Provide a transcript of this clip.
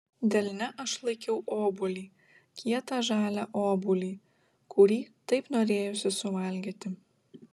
delne aš laikiau obuolį kietą žalią obuolį kurį taip norėjosi suvalgyti